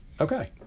Okay